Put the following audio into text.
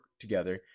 together